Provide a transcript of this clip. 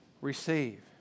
Receive